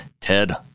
Ted